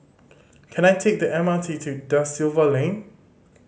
can I take the M R T to Da Silva Lane